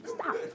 Stop